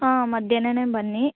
ಹಾಂ ಮಧ್ಯಾಹ್ನವೇ ಬನ್ನಿ